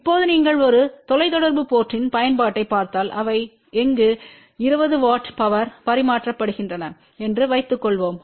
இப்போது நீங்கள் ஒரு தொலைத் தொடர்புத் போர்ட்யின் பயன்பாட்டைப் பார்த்தால் அவை எங்கு 20 வாட் பவர் பரிமாற்றப்படுகின்றன என்று வைத்துக்கொள்வோம்